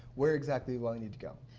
where exactly would i need to go?